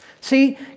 See